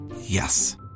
Yes